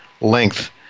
length